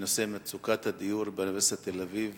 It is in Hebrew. בנושא מצוקת הדיור באוניברסיטת תל-אביב